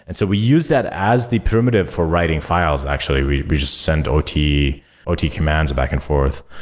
and so we use that as the primitive for writing files. actually, we we just sent ot ot commands back and forth.